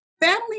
Family